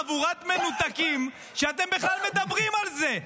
חבורות מנותקים, שאתם בכלל מדברים על זה?